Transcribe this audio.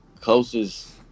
closest